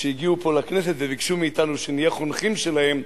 שהגיעו לפה לכנסת וביקשו מאתנו שנהיה חונכים שלהם.